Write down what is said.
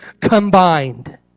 combined